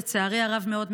לצערי הרב מאוד,